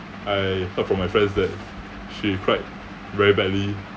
I heard from my friends that she cried very badly